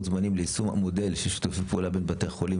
זמנים ליישום המודל של שיתופי פעולה בין בתי החולים,